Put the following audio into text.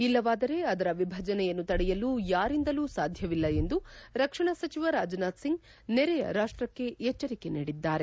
ಇಲ್ಲವಾದರೆ ಅದರ ವಿಭಜನೆಯನ್ನು ತಡೆಯಲು ಯಾರಿಂದಲೂ ಸಾಧ್ಯವಿಲ್ಲ ಎಂದು ರಕ್ಷಣಾ ಸಚಿವ ರಾಜನಾಥ್ಸಿಂಗ್ ನೆರೆಯ ರಾಷ್ಷಕ್ಕೆ ಎಚ್ಚರಿಕೆ ನೀಡಿದ್ದಾರೆ